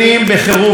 תודה רבה, אדוני.